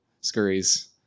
scurries